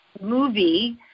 movie